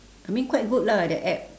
I mean quite good lah that app